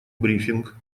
брифинг